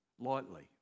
lightly